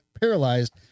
paralyzed